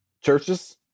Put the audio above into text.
Churches